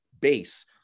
base